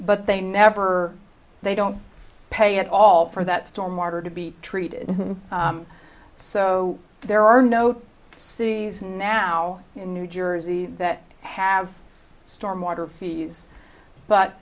but they never they don't pay at all for that storm water to be treated so there are no cities now in new jersey that have storm water fees but